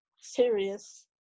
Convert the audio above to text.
serious